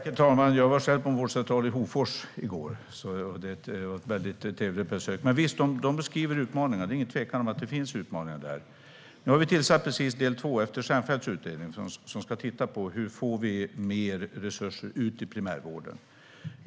Herr talman! Jag var själv på en vårdcentral i Hofors igår. Det var ett väldigt trevligt besök. Men, visst, de beskrev utmaningar. Det är inget tvivel om att det finns utmaningar där. Nu har vi tillsatt del två efter Stiernstedts utredning för att titta på hur vi får ut mer resurser till primärvården.